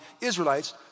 Israelites